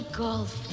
golf